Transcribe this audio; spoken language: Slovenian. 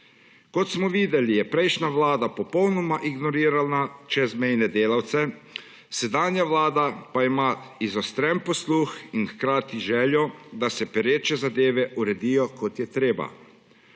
Kot smo videli, je prejšnja vlada popolnoma ignorirala čezmejne delavce, sedanja vlada pa ima izostren posluh in hkrati željo, da se pereče zadeve uredijo, kot je treba.